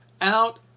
out